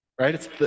Right